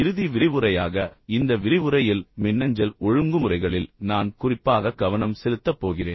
இறுதி விரிவுரையாக இந்த விரிவுரையில் மின்னஞ்சல் ஒழுங்குமுறைகளில் நான் குறிப்பாக கவனம் செலுத்தப் போகிறேன்